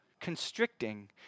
constricting